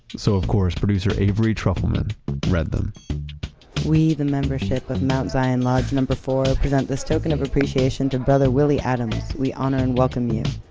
so, of course, producer avery trufelman read them we the membership of mount zion lodge number four, present this token of appreciation to brother willie adams. we honor and welcome you